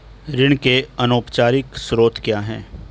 ऋण के अनौपचारिक स्रोत क्या हैं?